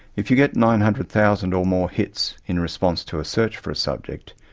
if you get nine hundred thousand or more hits in response to a search for a subject,